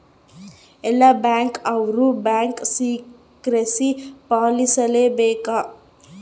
ಎಲ್ಲ ಬ್ಯಾಂಕ್ ಅವ್ರು bank secrecy ಪಾಲಿಸಲೇ ಬೇಕ